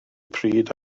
pryd